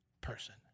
person